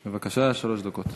בבקשה, שלוש דקות.